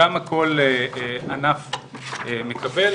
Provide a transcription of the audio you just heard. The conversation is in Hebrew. כמה כל ענף מקבל.